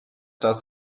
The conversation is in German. das